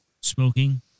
Smoking